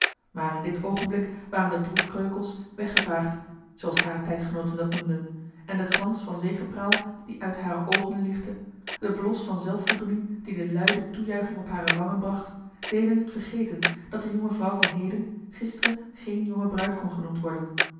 aar in dit oogenblik waren de droefkreukels weggevaagd zooals hare tijdgenooten dat noemden en de glans van zegepraal die uit hare oogen lichtte de blos van zelfvoldoening die de luide toejuiching op hare wangen bracht deden het vergeten dat de jonge vrouw van heden gisteren geene jonge bruid kon genoemd worden